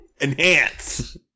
Enhance